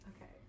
Okay